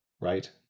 right